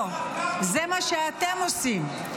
לא, זה מה שאתם עושים.